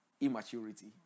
immaturity